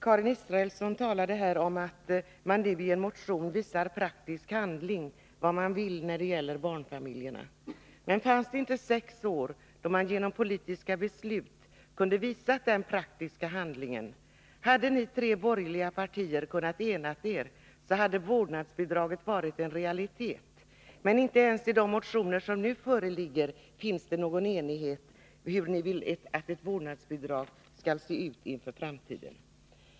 Karin Israelsson talade här om att man nu i en motion visar i praktisk handling vad man vill när det gäller barnfamiljerna. Men fanns det inte sex år då man genom politiska beslut kunnat visa den praktiska handlingen? Hade ni tre borgerliga partier kunnat ena er, hade vårdnadsbidragen varit realitet. Men inte ens i de motioner som nu föreligger finns det enighet om hur ett vårdnadsbidrag skall se ut i framtiden.